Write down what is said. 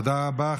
תודה רבה.